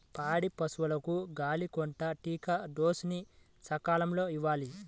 పాడి పశువులకు గాలికొంటా టీకా డోస్ ని సకాలంలో ఇవ్వాలి